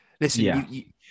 listen